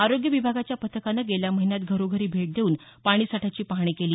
आरोग्य विभागाच्या पथकानं गेल्या महिन्यात घरोघरी भेट देऊन पाणीसाठ्याची पाहणी केली